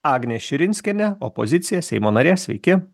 agnė širinskienė opozicija seimo narė sveiki